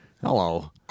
Hello